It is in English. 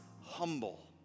humble